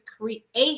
create